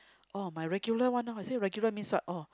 oh my regular one lor I say regular means what oh